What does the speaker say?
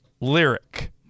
lyric